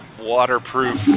waterproof